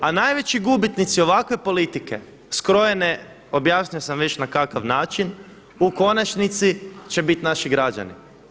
A najveći gubitnici ovakve politike skrojene, objasnio sam već na kakav način, u konačnici će biti naši građani.